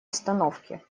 остановки